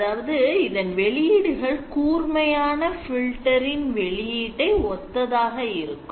அதாவது இதன் வெளியீடுகள் கூர்மையான filter இன் வெளியீட்டை ஒத்ததாக இருக்கும்